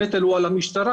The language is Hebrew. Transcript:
הנטל הוא על המשטרה.